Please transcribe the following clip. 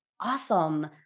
awesome